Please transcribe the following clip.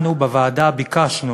אנחנו בוועדה ביקשנו